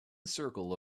circle